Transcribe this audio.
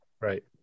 right